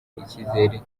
icyizere